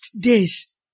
days